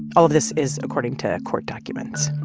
all of this is according to court documents